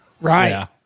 Right